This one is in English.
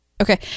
okay